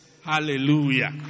Hallelujah